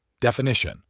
Definition